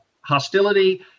hostility